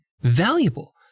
valuable